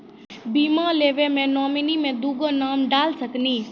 बीमा लेवे मे नॉमिनी मे दुगो नाम डाल सकनी?